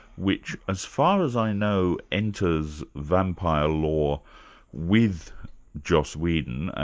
which as far as i know enters vampire lore with joss whedon, ah